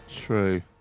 True